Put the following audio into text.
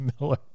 Miller